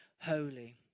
holy